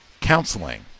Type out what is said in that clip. counseling